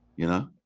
you know.